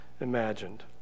imagined